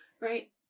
right